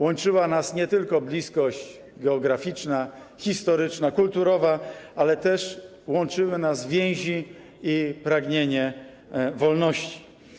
Łączyła nas nie tylko bliskość geograficzna, historyczna, kulturowa, ale też łączyły nas więzi i pragnienie wolności.